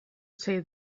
say